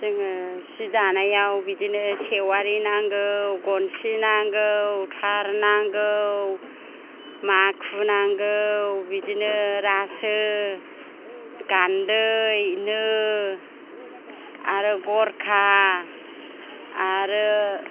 जोङो सि दानायाव बिदिनो सेवारि नांगौ गनसि नांगौ थार नांगौ माखु नांगौ बिदिनो रासो गान्दै नो आरो गरखा आरो